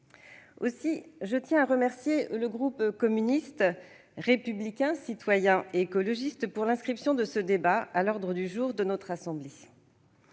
Aussi, je tiens à remercier le groupe communiste républicain citoyen et écologiste d'avoir demandé l'inscription de ce débat à l'ordre du jour de notre assemblée.